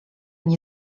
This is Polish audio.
nie